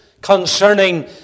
concerning